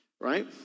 right